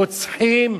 רוצחים,